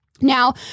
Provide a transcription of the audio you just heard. Now